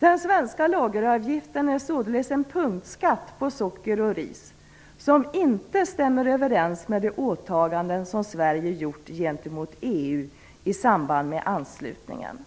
Den svenska lageravgiften är således en punktskatt på socker och ris som inte stämmer överens med de åtaganden som Sverige gjort gentemot EU i samband med anslutningen.